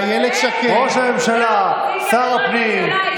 הרי אילת שקד, שרת הפנים,